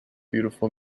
beautiful